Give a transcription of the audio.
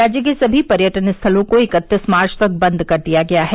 राज्य के सभी पर्यटन स्थलों को इकत्तीस मार्च तक बंद कर दिया गया है